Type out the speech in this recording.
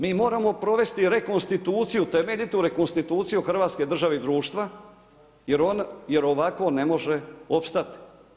Mi moramo provesti rekonstituciju temeljitu rekonstituciju Hrvatske države i društva jer ovako ne može opstati.